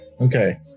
Okay